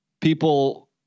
people